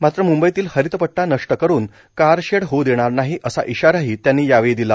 मात्र मंंबईतील हरितपट्टा नष्ट करून कारशेड होऊ देणार नाही असा इशाराही त्यांनी यावेळी दिला